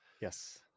Yes